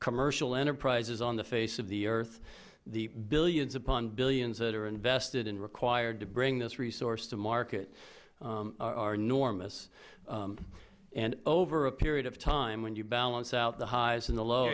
commercial enterprises on the face of the earth the billions upon billions that are invested and required to bring these resources to market are enormous and over a period of time when you balance out the highs and the low